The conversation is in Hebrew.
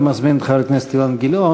אני מזמין את חבר הכנסת אילן גילאון,